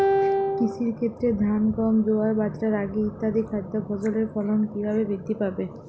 কৃষির ক্ষেত্রে ধান গম জোয়ার বাজরা রাগি ইত্যাদি খাদ্য ফসলের ফলন কীভাবে বৃদ্ধি পাবে?